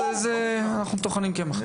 אנחנו טוחנים קמח.